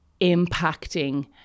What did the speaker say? impacting